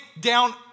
down